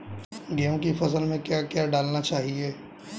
गेहूँ की फसल में क्या क्या डालना चाहिए?